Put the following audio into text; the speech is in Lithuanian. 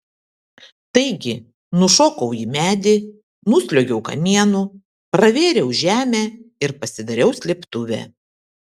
taigi nušokau į medį nusliuogiau kamienu pravėriau žemę ir pasidariau slėptuvę